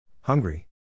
Hungry